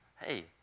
Hey